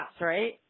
right